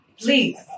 please